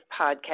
podcast